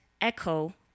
echo